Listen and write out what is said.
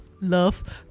love